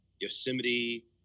yosemite